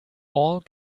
all